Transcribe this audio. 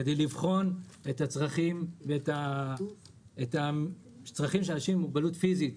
כדי לבחון את הצרכים של אנשים עם מוגבלות פיזית,